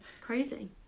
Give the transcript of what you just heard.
crazy